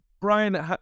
Brian